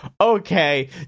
Okay